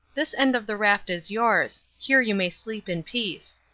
this end of the raft is yours. here you may sleep in peace.